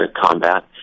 combat